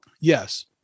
Yes